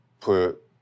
put